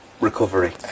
recovery